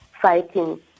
fighting